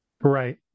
Right